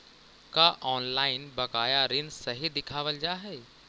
का ऑनलाइन बकाया ऋण सही दिखावाल जा हई